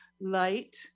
light